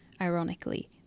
ironically